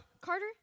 Carter